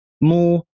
more